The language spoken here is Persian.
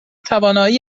توانایی